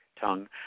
tongue